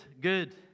good